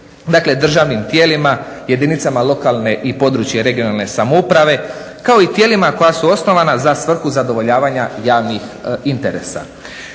Dakle, državnim tijelima, jedinicama lokalne i područne i regionalne samouprave, kao i tijelima koja su osnovana za svrhu zadovoljavanja javnih interesa.